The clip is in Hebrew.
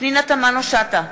פנינה תמנו-שטה,